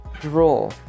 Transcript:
draw